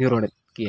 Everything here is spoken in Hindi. विवरण किया